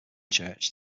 church